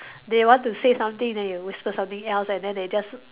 they want to say something then you whisper something else and then they just